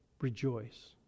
rejoice